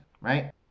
right